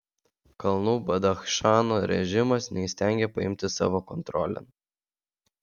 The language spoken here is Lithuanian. kalnų badachšano režimas neįstengia paimti savo kontrolėn